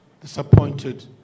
disappointed